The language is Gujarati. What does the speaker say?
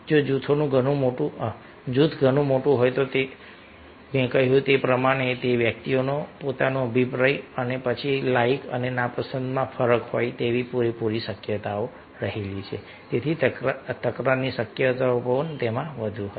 જો જૂથ ઘણું મોટું હોય તો મેં કહ્યું તેમ દરેક વ્યક્તિનો પોતાનો અભિપ્રાય હોય અને પછી લાઈક અને નાપસંદમાં ફરક હોય તેવી પૂરેપૂરી શક્યતા છે તેથી તકરારની શક્યતાઓ વધુ હશે